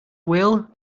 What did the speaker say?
will